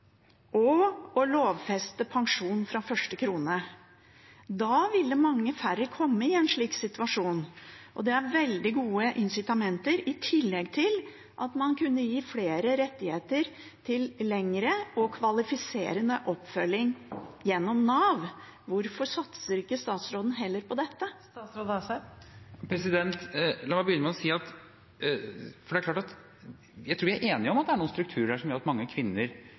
lovfeste pensjon fra første krone. Da ville mange færre komme i en slik situasjon. Det er veldig gode insitamenter i tillegg til at man kunne gi flere rettigheter til lengre og kvalifiserende oppfølging gjennom Nav. Hvorfor satser ikke statsråden heller på dette? La meg begynne med å si at jeg tror vi er enige om at det er noen strukturer her som gjør at mange kvinner